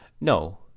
No